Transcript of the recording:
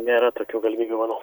nėra tokių galimybių manau